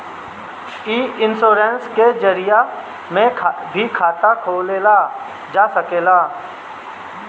इ इन्शोरेंश के जरिया से भी खाता खोलल जा सकेला